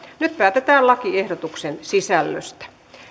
nyt päätetään lakiehdotuksen sisällöstä